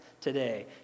today